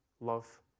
love